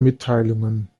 mitteilungen